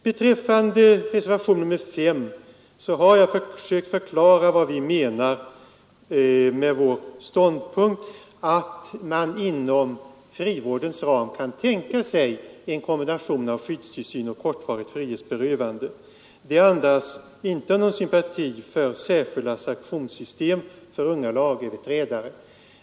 Beträffande reservationen 5 har jag försökt förklara vad vi menar med vår ståndpunkt, att man inom frivårdens ram kan tänka sig en kombination av skyddstillsyn och kortvarigt frihetsberövande. Det andas inte någon sympati för särskilda sanktionssystem för unga lagöverträdare.